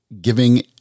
giving